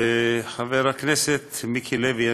חבר הכנסת מיקי לוי,